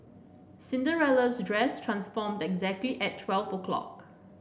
Cinderella's dress transformed exactly at twelve o'clock